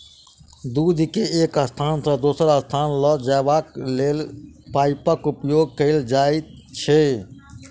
दूध के एक स्थान सॅ दोसर स्थान ल जयबाक लेल पाइपक उपयोग कयल जाइत छै